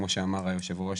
כמו שאמר היושב-ראש,